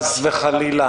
חס וחלילה.